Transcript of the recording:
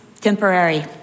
temporary